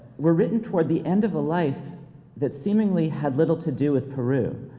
were written toward the end of a life that seemingly had little to do with peru.